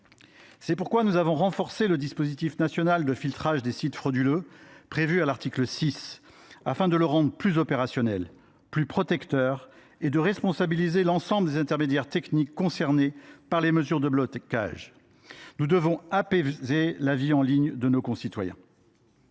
C’est pourquoi nous avons renforcé le dispositif national de filtrage des sites frauduleux, prévu à l’article 6, afin de le rendre plus opérationnel, plus protecteur, et de responsabiliser l’ensemble des intermédiaires techniques concernés par les mesures de blocage. Nous devons apaiser la vie en ligne de nos concitoyens.